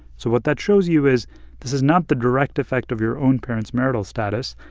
so what that shows you is this is not the direct effect of your own parents' marital status.